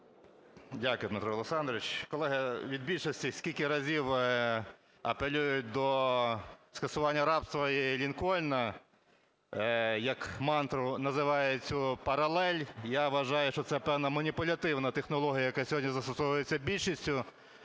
Дякую, Дмитро Олександрович. Колеги, від більшості скільки разів апелюють до скасування рабства і Лінкольна, як мантру називають цю паралель, я вважаю, що це певна маніпулятивна технологія, яка сьогодні застосовується більшістю.